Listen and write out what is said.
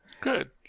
good